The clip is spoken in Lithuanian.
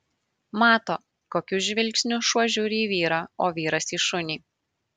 mato kokiu žvilgsniu šuo žiūri į vyrą o vyras į šunį